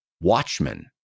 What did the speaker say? Watchmen